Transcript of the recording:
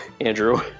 Andrew